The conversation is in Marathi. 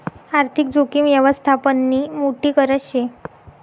आर्थिक जोखीम यवस्थापननी मोठी गरज शे